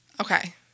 Okay